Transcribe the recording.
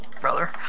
Brother